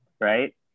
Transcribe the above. right